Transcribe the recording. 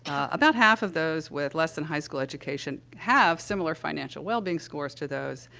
about half of those with less than high school education have similar financial wellbeing scores to those,